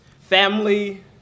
family